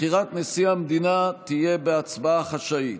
בחירת נשיא המדינה תהיה בהצבעה חשאית.